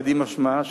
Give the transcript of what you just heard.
קדימה שמה,